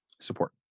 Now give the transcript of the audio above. support